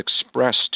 expressed